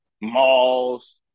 malls